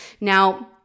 Now